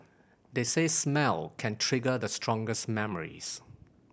they say smell can trigger the strongest memories